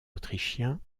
autrichiens